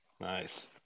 Nice